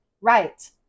Right